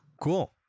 Cool